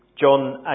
John